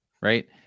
right